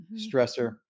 stressor